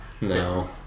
No